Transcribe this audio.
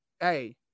hey